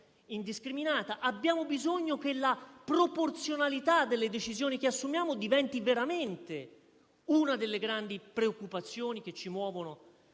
indiscriminata. Abbiamo bisogno che la proporzionalità delle decisioni che assumiamo diventi veramente una delle grandi preoccupazioni che ci muovono